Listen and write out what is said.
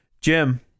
Jim